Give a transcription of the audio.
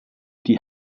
die